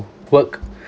work